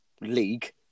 League